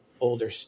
older